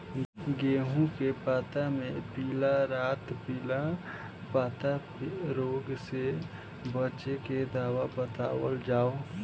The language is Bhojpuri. गेहूँ के पता मे पिला रातपिला पतारोग से बचें के दवा बतावल जाव?